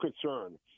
concern